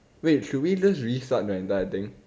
wait should we just restart the entire thing